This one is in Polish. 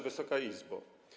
Wysoka Izbo!